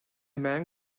man